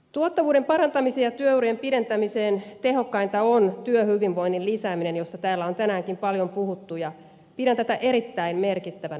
tuottavuuden parantamiseksi ja työurien pidentämiseksi tehokkainta on työhyvinvoinnin lisääminen josta täällä on tänäänkin paljon puhuttu ja pidän tätä erittäin merkittävänä asiana